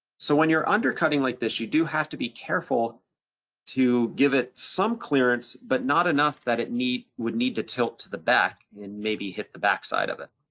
so when you're undercutting like this, you do have to be careful to give it some clearance, but not enough that it would need to tilt to the back, and maybe hit the backside of it.